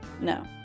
no